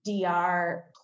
dr